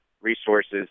resources